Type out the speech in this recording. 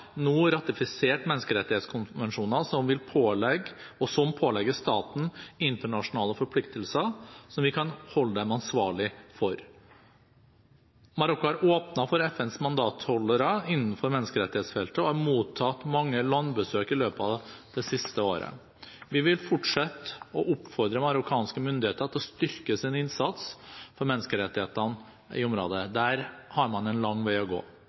nå ratifisert menneskerettighetskonvensjoner som pålegger staten internasjonale forpliktelser som vi kan holde dem ansvarlige for. Marokko har åpnet opp for FNs mandatholdere innenfor menneskerettighetsfeltet og har mottatt mange landbesøk i løpet av det siste året. Vi vil fortsette å oppfordre marokkanske myndigheter til å styrke sin innsats for menneskerettigheter i området. Der har man en lang vei å gå.